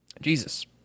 Jesus